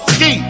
Ski